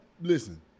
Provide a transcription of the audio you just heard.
Listen